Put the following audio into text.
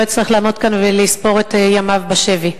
אצטרך לעמוד כאן ולספור את ימיו בשבי.